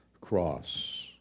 cross